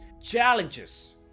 challenges